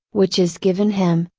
which is given him,